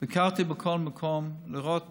ביקרתי בכל מקום, לראות